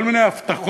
כל מיני הבטחות